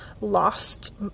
lost